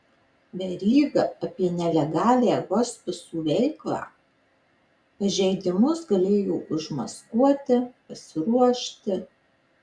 veryga apie nelegalią hospisų veiklą pažeidimus galėjo užmaskuoti pasiruošti